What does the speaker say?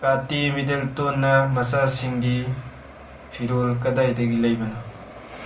ꯀꯥꯇꯦ ꯃꯤꯗꯦꯜꯇꯣꯟꯅ ꯃꯆꯥꯁꯤꯡꯒꯤ ꯐꯤꯔꯣꯜ ꯀꯗꯥꯏꯗꯒꯤ ꯂꯩꯕꯅꯣ